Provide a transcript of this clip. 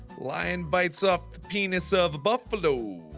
lion bites off the penis of a buffalo